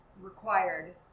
required